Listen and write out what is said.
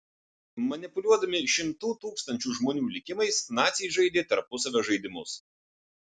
manipuliuodami šimtų tūkstančių žmonių likimais naciai žaidė tarpusavio žaidimus